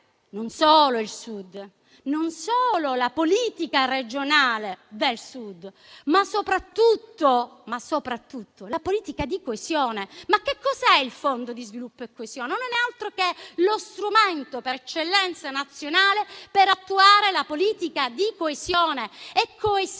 non solo il Sud, non solo la politica regionale del Sud, ma anche e soprattutto la politica di coesione. Ma che cos'è il Fondo di sviluppo e coesione? Non è altro che lo strumento nazionale per eccellenza per attuare la politica di coesione. La coesione